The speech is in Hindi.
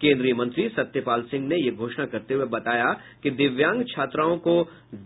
केंद्रीय मंत्री सत्यपाल सिंह ने यह घोषणा करते हुये बताया कि दिव्यांग छात्राओं को